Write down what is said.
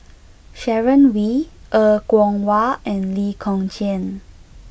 Sharon Wee Er Kwong Wah and Lee Kong Chian